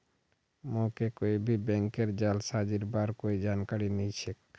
मोके कोई भी बैंकेर जालसाजीर बार कोई जानकारी नइ छेक